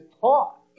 taught